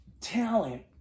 talent